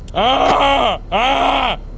ah,